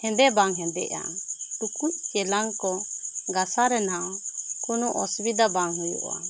ᱦᱮᱸᱫᱮ ᱵᱟᱝ ᱦᱮᱸᱫᱮᱜᱼᱟ ᱴᱩᱞᱩᱡ ᱪᱮᱞᱟᱝ ᱠᱚ ᱜᱟᱥᱟᱣ ᱨᱮᱱᱟᱝ ᱠᱚᱱᱚ ᱚᱥᱩᱵᱤᱫᱷᱟ ᱵᱟᱝ ᱦᱩᱭᱩᱜᱼᱟ